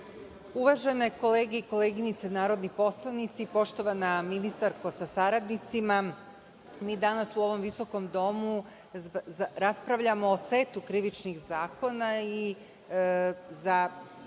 Uvažene kolege i koleginice narodni poslanici, poštovana ministarka sa saradnicima, mi danas u ovom visokom domu raspravljamo o setu Krivičnog zakona i za